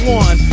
one